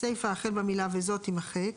הסיפה החל במילה "וזאת" תימחק,